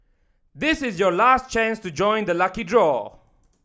this is your last chance to join the lucky draw